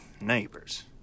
neighbors